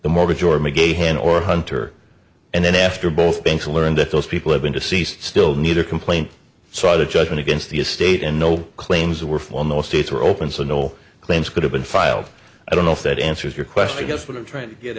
the mortgage or mcg a hen or hunter and then after both banks learned that those people have been deceased still need a complaint sought a judgment against the estate and no claims were flown those states are open so no claims could have been filed i don't know if that answers your question i guess what i'm trying to get